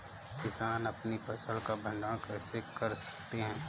किसान अपनी फसल का भंडारण कैसे कर सकते हैं?